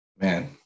Man